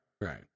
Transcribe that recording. Right